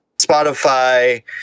Spotify